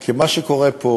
כי מה שקורה פה